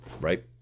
right